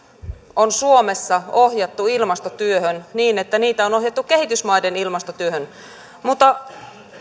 on suomessa ohjattu ilmastotyöhön niin että niitä on on ohjattu kehitysmaiden ilmastotyöhön mutta